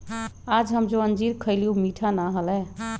आज हम जो अंजीर खईली ऊ मीठा ना हलय